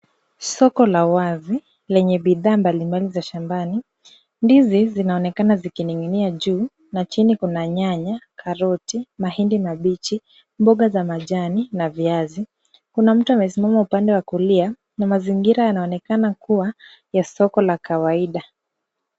Soko la wazi, lenye bidhaa mbalimbali za shambani, Ndizi zinaonekana zikining'inia juu na chini kuna nyanya, karoti, mahindi mabichi, mboga za majani, na viazi. Kuna mtu amesimama upande wa kulia na mazingira yanaonekana kuwa ya soko la kawaida.